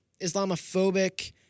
Islamophobic